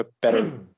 better